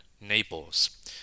Naples